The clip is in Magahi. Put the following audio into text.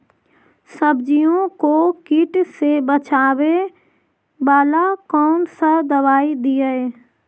सब्जियों को किट से बचाबेला कौन सा दबाई दीए?